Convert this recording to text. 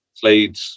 played